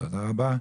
תודה רבה.